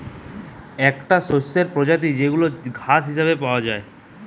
একটো শস্যের প্রজাতি যেইগুলা ঘাস হিসেবে পাওয়া যায়